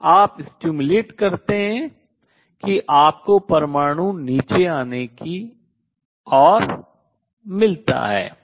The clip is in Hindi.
आप उद्दीपित करते हैं कि आपको परमाणु नीचे की ओर आने के लिए मिलता है